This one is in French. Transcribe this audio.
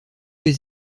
les